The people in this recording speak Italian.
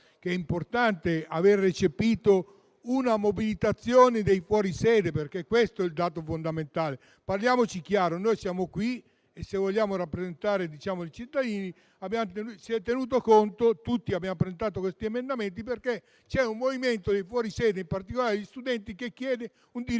che è importante aver recepito una mobilitazione dei fuori sede. Questo è il dato fondamentale. Parliamoci chiaro: noi siamo qui, vogliamo rappresentare i cittadini e abbiamo presentato questi emendamenti perché c'è un movimento di fuori sede, in particolare degli studenti, che reclama un diritto